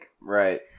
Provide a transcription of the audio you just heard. Right